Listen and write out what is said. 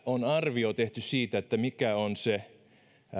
on tehty arvio siitä mikä on